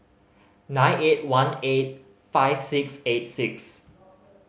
nine eight one eight five six eight six